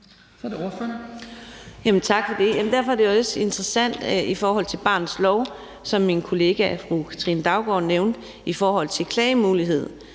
Tak for det. Derfor er det også interessant i forhold til barnets lov, som min kollega fru Katrine Daugaard nævnte, i forhold til klagemulighed